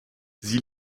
sie